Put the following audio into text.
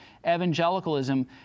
evangelicalism